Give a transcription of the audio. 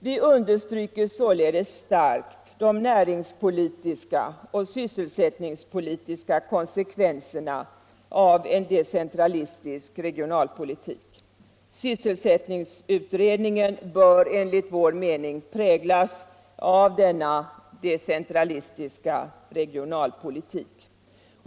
Vi understryker således starkt de näringspolitiska och sysselsättningspolitiska konsekvenserna av en decentralistisk regionalpolitik. Sysselsättningsutredningen bör enligt vår mening präglas av denna decentralistiska regionalpolitik.